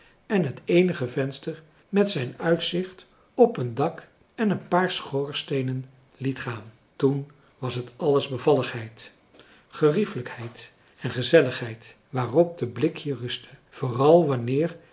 en het eenige venster met zijn uitzicht op een dak en een paar schoorsteenen liet gaan toen was het alles bevalligheid geriefelijkheid en gezelligheid waarop de blik hier rustte vooral wanneer